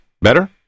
Better